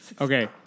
Okay